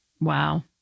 Wow